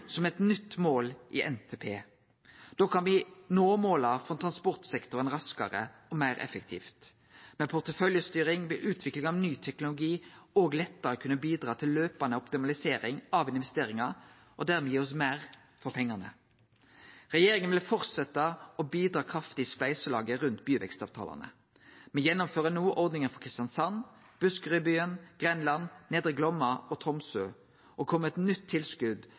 som eit nytt mål i NTP. Da kan me nå måla for transportsektoren raskare og meir effektivt. Med porteføljestyring vil utviklinga av ny teknologi òg lettare kunne bidra til løpande optimalisering av investeringar og dermed gi oss meir for pengane. Regjeringa vil halde fram med å bidra kraftig i spleiselaget rundt byvekstavtalane. Me gjennomfører no ordninga for Kristiansand, Buskerudbyen, Grenland, Nedre Glomma og Tromsø og kjem med eit nytt tilskot